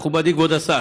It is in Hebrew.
מכובדי כבוד השר,